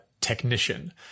technician